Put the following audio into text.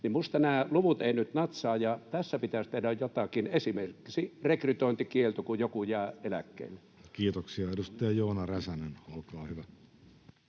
minusta nämä luvut eivät nyt natsaa ja tässä pitäisi tehdä jotakin, esimerkiksi rekrytointikielto, kun joku jää eläkkeelle. Kiitoksia. — Edustaja Joona Räsänen, olkaa hyvä.